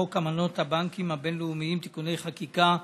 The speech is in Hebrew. חוק אמנות הבנקים הבין-לאומיים לפיתוח (תיקוני חקיקה),